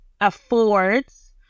affords